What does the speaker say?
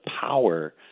power